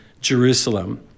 Jerusalem